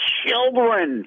children